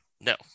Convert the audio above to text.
no